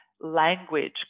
language